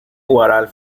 huaral